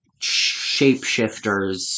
shapeshifters